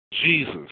Jesus